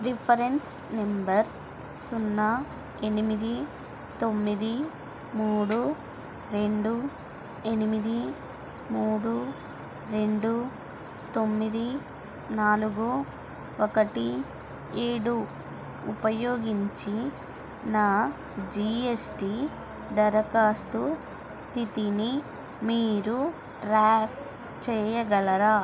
reference number సున్నా ఎనిమిది తొమ్మిది మూడు రెండు ఎనిమిది మూడు రెండు తొమ్మిది నాలుగు ఒకటి ఏడు ఉపయోగించి నా జీ ఎస్ టీ దరఖాస్తు స్థితిని మీరు ట్రాక్ చేయగలరా